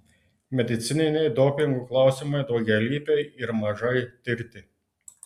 medicininiai dopingų klausimai daugialypiai ir mažai tirti